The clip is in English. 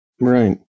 right